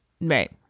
Right